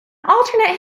alternate